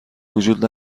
وجود